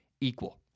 equal